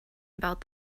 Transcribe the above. about